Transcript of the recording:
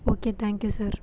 okay thank you sir